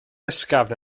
ysgafn